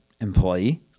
employee